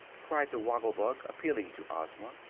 cried the woggle-bug, appealing to ozma,